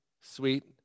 sweet